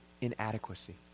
inadequacy